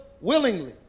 willingly